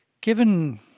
Given